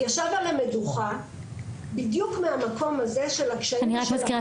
ישבנו על המדוכה בדיוק מהמקום הזה של הקשיים --- אני רק מזכירה